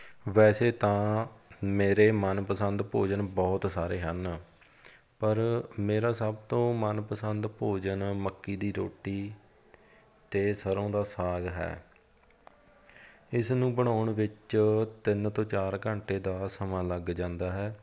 ਵੈਸੇ ਤਾਂ ਮੇਰੇ ਮਨ ਪਸੰਦ ਭੋਜਨ ਬਹੁਤ ਸਾਰੇ ਹਨ ਪਰ ਮੇਰਾ ਸਭ ਤੋਂ ਮਨ ਪਸੰਦ ਭੋਜਨ ਮੱਕੀ ਦੀ ਰੋਟੀ ਅਤੇ ਸਰ੍ਹੋਂ ਦਾ ਸਾਗ ਹੈ ਇਸ ਨੂੰ ਬਣਾਉਣ ਵਿੱਚ ਤਿੰਨ ਤੋਂ ਚਾਰ ਘੰਟੇ ਦਾ ਸਮਾਂ ਲੱਗ ਜਾਂਦਾ ਹੈ